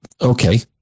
Okay